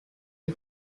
les